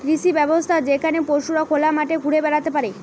কৃষি ব্যবস্থা যেখানে পশুরা খোলা মাঠে ঘুরে বেড়াতে পারে